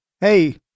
hey